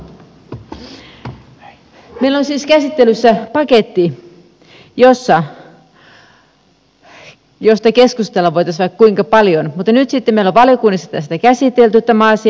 meillä on siis käsittelyssä paketti josta voitaisiin keskustella vaikka kuinka paljon mutta nyt sitten meillä on valiokunnissa käsitelty tämä asia